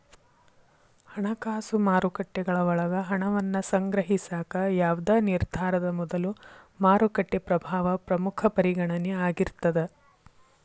ಹಣಕಾಸು ಮಾರುಕಟ್ಟೆಗಳ ಒಳಗ ಹಣವನ್ನ ಸಂಗ್ರಹಿಸಾಕ ಯಾವ್ದ್ ನಿರ್ಧಾರದ ಮೊದಲು ಮಾರುಕಟ್ಟೆ ಪ್ರಭಾವ ಪ್ರಮುಖ ಪರಿಗಣನೆ ಆಗಿರ್ತದ